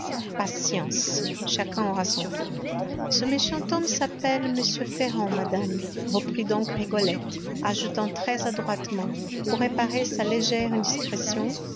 patience chacun aura son tour ce méchant homme s'appelle m ferrand madame reprit donc rigolette ajoutant très-adroitement pour réparer sa légère indiscrétion